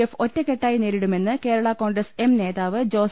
F ഒറ്റക്കെട്ടായി നേരി ടുമെന്ന് കേരള കോൺഗ്രസ് എം നേതാവ് ജോസ്